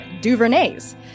DuVernay's